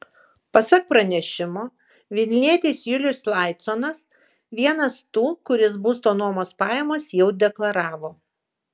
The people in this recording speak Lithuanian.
pasak pranešimo vilnietis julius laiconas vienas tų kuris būsto nuomos pajamas jau deklaravo